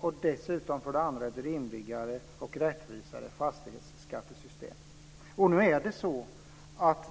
med hjälp av ett rimligare och rättvisare fastighetsskattesystem.